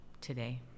today